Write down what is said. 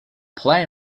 play